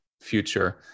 future